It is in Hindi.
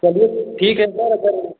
चलिए ठीक है सर अगर